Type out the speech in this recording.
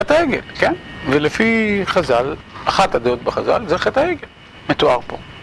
ולפי חז"ל, אחת הדעות בחז"ל זה חטא העגל, מתואר פה